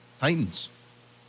Titans